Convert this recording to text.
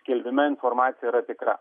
skelbime informacija yra tikra